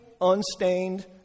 unstained